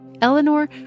Eleanor